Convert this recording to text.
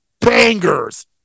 bangers